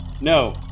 No